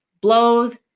blows